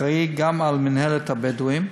האחראי גם למינהלת הבדואים,